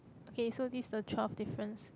okay so this the twelve difference